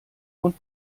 und